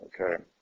okay